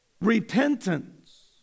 repentance